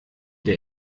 der